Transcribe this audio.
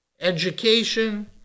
education